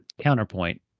Counterpoint